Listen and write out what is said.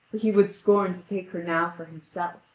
he would scorn to take her now for himself.